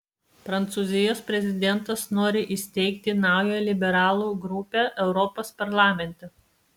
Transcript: prancūzijos prezidentas nori įsteigti naują liberalų grupę europos parlamente